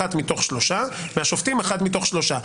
באחת מתוך שלושה שרים ובאחת מתוך שלושה שופטים.